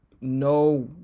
no